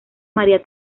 maría